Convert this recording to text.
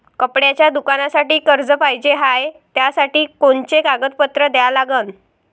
कपड्याच्या दुकानासाठी कर्ज पाहिजे हाय, त्यासाठी कोनचे कागदपत्र द्या लागन?